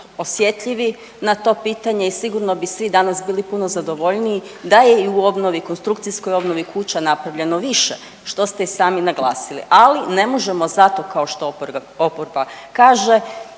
osjetljivi na to pitanje i sigurno bi svi danas bili puno zadovoljniji da je i u obnovi, konstrukcijskoj obnovi kuća napravljeno više, što ste i sami naglasili, ali ne možemo zato kao što oporba kaže